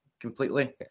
completely